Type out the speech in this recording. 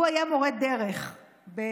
הוא היה מורה דרך לפרנסתו,